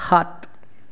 সাত